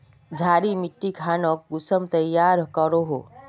क्षारी मिट्टी खानोक कुंसम तैयार करोहो?